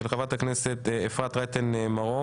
של חברת הכנסת אפרת רייטן מרום.